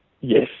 Yes